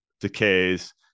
decays